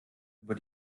über